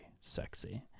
sexy